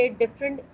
different